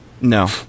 No